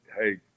hey